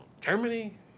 Germany